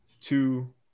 two